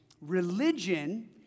Religion